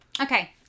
Okay